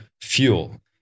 fuel